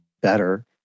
better